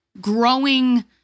growing